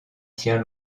tiens